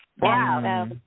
Wow